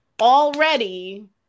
already